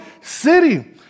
city